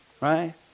right